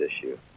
issue